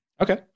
Okay